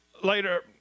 Later